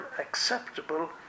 acceptable